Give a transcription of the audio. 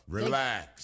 Relax